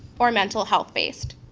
or mental health base.